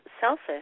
selfish